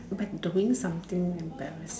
but the doing something embarrass